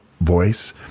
voice